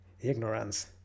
ignorance